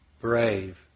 brave